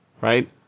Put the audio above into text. right